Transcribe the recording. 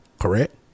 correct